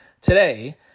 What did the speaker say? today